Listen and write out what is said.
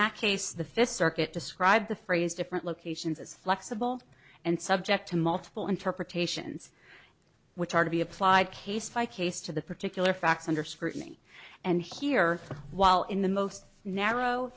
that case the fifth circuit described the phrase different locations as flexible and subject to multiple interpretations which are to be applied case by case to the particular facts under scrutiny and here while in the most narrow